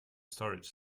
storage